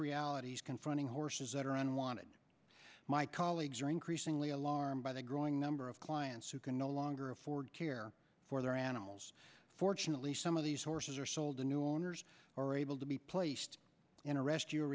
realities confronting horses that are on wanted my colleagues are increasingly alarmed by the growing number of clients who can no longer afford care for their animals fortunately some of these horses are sold to new owners or able to be placed in a rescue